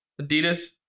Adidas